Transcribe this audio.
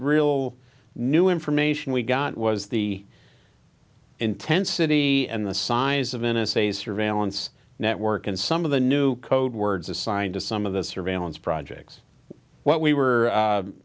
real new information we got was the intensity and the size of n s a surveillance network and some of the new code words assigned to some of the surveillance projects what we were